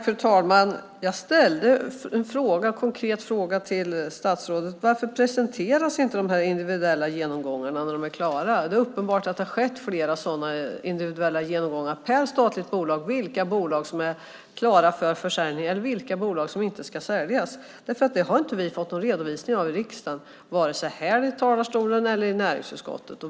Fru talman! Jag ställde en konkret fråga till statsrådet: Varför presenteras inte de individuella genomgångarna när de är klara? Det är uppenbart att det har skett flera individuella genomgångar, per statligt bolag, av vilka bolag som är klara för försäljning och vilka bolag som inte ska säljas. Det har vi inte fått någon redovisning av i riksdagen, vare sig här i talarstolen eller i näringsutskottet.